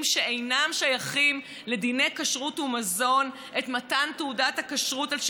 שאינם שייכים לדיני כשרות ומזון את מתן תעודת הכשרות אלה